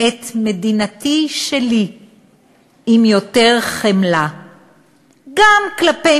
את מדינתי שלי עם יותר חמלה גם כלפי